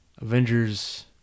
Avengers